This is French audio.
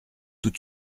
tout